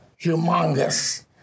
humongous